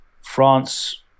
France